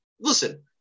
listen